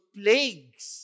plagues